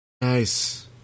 Nice